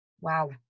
Wow